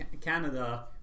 Canada